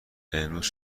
امروز